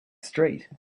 street